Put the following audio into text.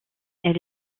elle